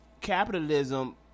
Capitalism